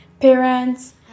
parents